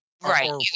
Right